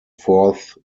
fourth